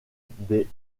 des